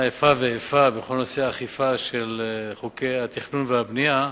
איפה ואיפה בכל נושא האכיפה של חוקי התכנון והבנייה,